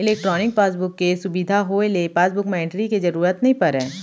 electronic passbook के सुबिधा होए ले पासबुक म एंटरी के जरूरत नइ परय